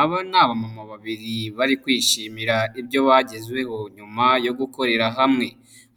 Aba ni aba babiri bari kwishimira ibyo bagezezweho nyuma yo gukorera hamwe.